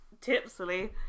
tipsily